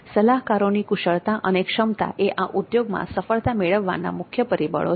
સલાહકારોની કુશળતા અને ક્ષમતા એ આ ઉદ્યોગમાં સફળતા મેળવવાના મુખ્ય પરિબળો છે